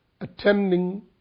attending